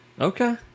Okay